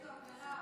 מי זאת,